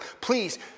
Please